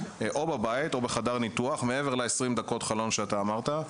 בבית או בחדר ניתוח מעבר ל-20 דקות החלון שאתה אמרת,